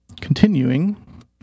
continuing